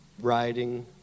riding